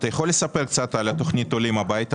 תוכל לספר על תוכנית או מבצע עולים הביתה,